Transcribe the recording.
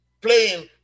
playing